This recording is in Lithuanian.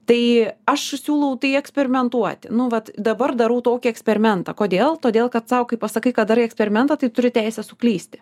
tai aš siūlau tai eksperimentuoti nu vat dabar darau tokį eksperimentą kodėl todėl kad sau kai pasakai kad darai eksperimentą tai turi teisę suklysti